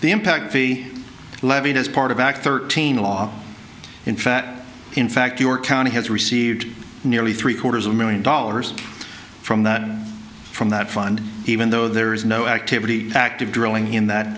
the impact be levied as part of act thirteen law in fat in fact your county has received nearly three quarters of a million dollars from that from that fund even though there is no activity active drilling in that